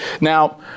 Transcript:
now